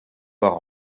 par